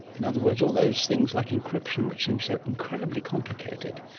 in other words, all those things like encryption, which seems so incredibly complicated.